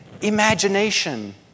imagination